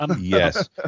Yes